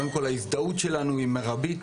ההזדהות שלנו היא מרבית,